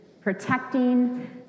protecting